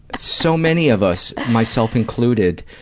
ah so many of us, myself included,